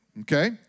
okay